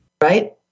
Right